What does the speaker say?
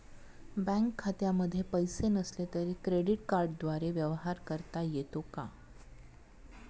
Bank खात्यामध्ये पैसे नसले तरी क्रेडिट कार्डद्वारे व्यवहार करता येतो का?